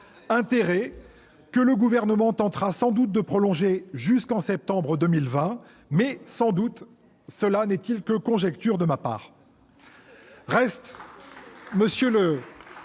intérêt que le Gouvernement tentera sans doute de prolonger jusqu'en septembre 2020. Sûrement ... Mais cela n'est que conjecture de ma part.